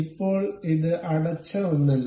ഇപ്പോൾ ഇത് അടച്ച ഒന്നല്ല